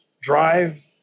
drive